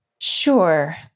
Sure